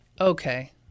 Okay